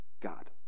God